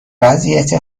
وضعیت